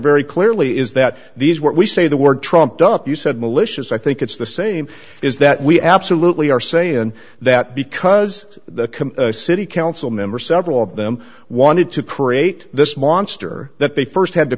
very clearly is that these what we say the word trumped up you said malicious i think it's the same is that we absolutely are saying that because the city council member several of them wanted to create this monster that they st had to